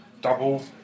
double